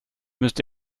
müsst